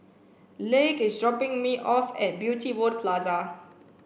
is dropping me off at Beauty World Plaza